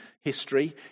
history